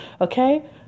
Okay